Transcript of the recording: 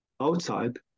outside